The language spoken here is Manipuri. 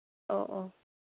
ꯑꯣ ꯑꯣ